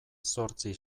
zortzi